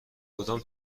کدام